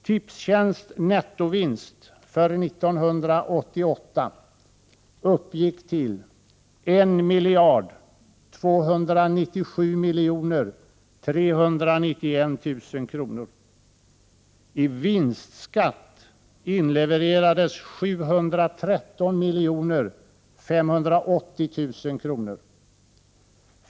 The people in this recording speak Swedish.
Tipstjänsts nettovinst för 1988 uppgick till 1 297 391 000 kr. I vinstskatt inlevererades 713 580 000 kr.